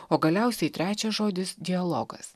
o galiausiai trečias žodis dialogas